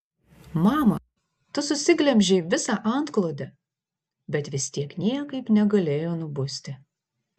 mama tu susiglemžei visą antklodę bet vis tiek niekaip negalėjo nubusti